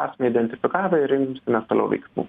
esame identifikavę ir imsimės toliau veiksmų